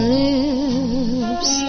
lips